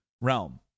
realm